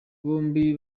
bombi